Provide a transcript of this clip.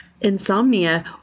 insomnia